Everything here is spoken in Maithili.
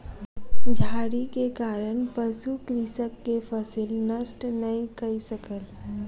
झाड़ी के कारण पशु कृषक के फसिल नष्ट नै कय सकल